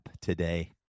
today